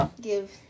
give